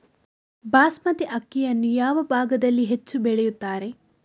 ಬಾಸ್ಮತಿ ಅಕ್ಕಿಯನ್ನು ಯಾವ ಭಾಗದಲ್ಲಿ ಹೆಚ್ಚು ಬೆಳೆಯುತ್ತಾರೆ?